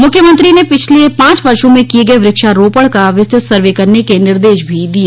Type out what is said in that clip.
मुख्यमंत्री ने पिछले पांच वर्षो में किए गए वृक्षारोपण का विस्तृत सर्वे करने के निर्देश भी दिए